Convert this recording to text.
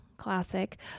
Classic